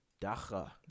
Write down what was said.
Dacha